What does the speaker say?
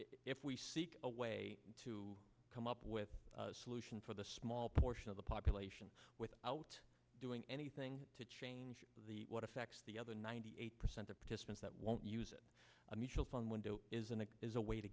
if we seek a way to come up with a solution for the small portion of the population without doing anything to change the what affects the other ninety eight percent of participants that won't use a mutual fund window isn't a is a way to